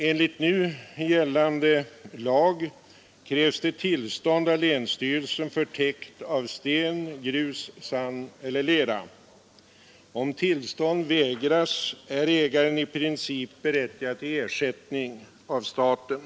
Enligt nu gällande lag krävs det tillstånd av länsstyrelsen för täkt av sten, grus, sand eller lera. Om tillstånd vägras är ägaren i princip berättigad till ersättning av staten.